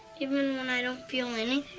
even when i don't feel anything?